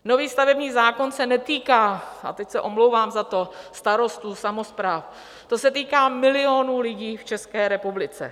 Nový stavební zákon se netýká a teď se omlouvám za to starostů, samospráv, ten se týká milionů lidí v České republice.